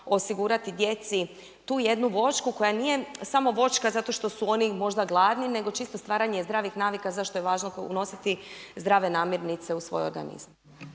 osigurati djeci tu jednu voćku, koja nije samo voćka zato što su oni možda gladni, nego čisto stvaranje zdravih navika, zašto je važno unositi zdrave namjernice u svoj organizam.